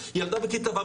ילדה בכיתה ו',